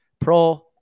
pro